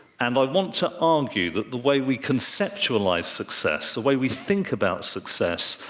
and i want to argue that the way we conceptualize success, the way we think about success,